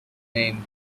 name